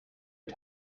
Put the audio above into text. are